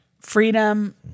freedom